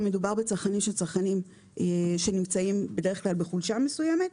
מדובר בצרכנים שנמצאים בדרך כלל בחולשה מסוימת.